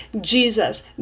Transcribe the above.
Jesus